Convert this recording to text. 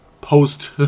post